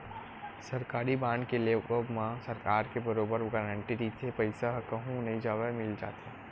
सरकारी बांड के लेवब म सरकार के बरोबर गांरटी रहिथे पईसा ह कहूँ नई जवय मिल जाथे